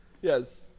Yes